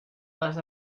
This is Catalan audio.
les